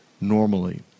normally